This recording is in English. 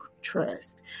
trust